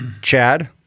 Chad